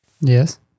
Yes